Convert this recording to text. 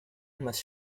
must